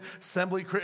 assembly